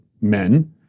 men